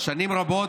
שנים רבות,